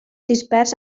dispers